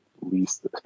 least